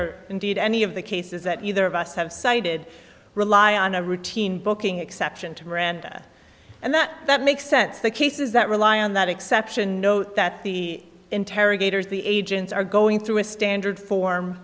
or indeed any of the cases that either of us have cited rely on a routine booking exception to miranda and that that makes sense the cases that rely on that exception note that the interrogators the agents are going through a standard form